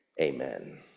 amen